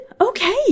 Okay